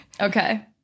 Okay